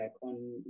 on